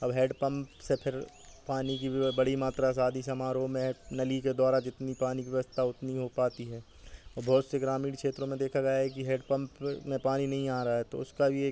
अब head pump से फिर पानी की भी बड़ी मात्रा शादी समारोह में है नल के द्वारा जितनी पानी की व्यवस्था उतनी हो पाती है और बहुत से ग्रामीण क्षेत्रों में देखा गया है कि हेड पम्प में पानी नहीं आ रहा है तो उसकी भी एक